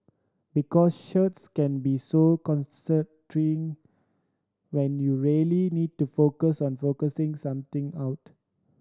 because shirts can be so when you really need to focus on focusing something out